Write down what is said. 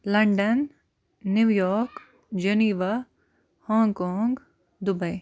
London New York Geneva Hong Kong Dubai